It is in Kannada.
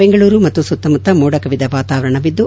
ಬೆಂಗಳೂರು ಮತ್ತು ಸುತ್ತಮುತ್ತ ಮೋಡ ಕವಿದ ವಾತಾವರಣವಿದ್ದು